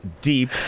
deep